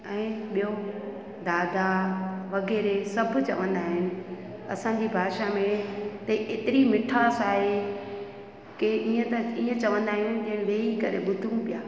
ऐं ॿियों दादा वग़ैरह सभु चवंदा आहिनि असांजी भाषा में त एतिरी मिठासि आहे की इअं त इअं चवंदा आहियूं की वेई करे ॿुधूं पिया